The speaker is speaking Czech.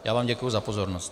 Já vám děkuji za pozornost.